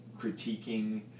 critiquing